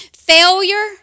Failure